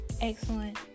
excellent